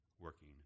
working